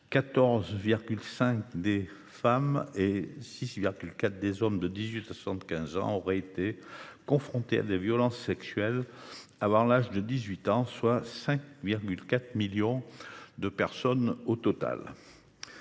14,5 % des femmes et 6,4 % des hommes de 18 à 75 ans auraient ainsi été confrontés à des violences sexuelles avant l’âge de 18 ans, soit 5,4 millions de personnes.